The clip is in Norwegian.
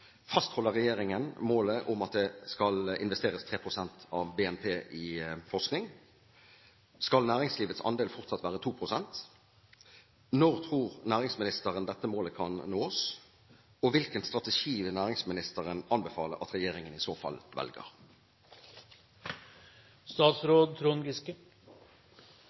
Fastholder regjeringen målet om at det skal investeres 3 pst. av BNP i forskning? Skal næringslivets andel fortsatt være 2 pst.? Når tror næringsministeren dette målet kan nås? Hvilken strategi vil næringsministeren anbefale at regjeringen i så fall